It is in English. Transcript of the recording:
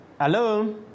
Hello